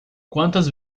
quantas